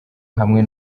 hamwe